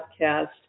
podcast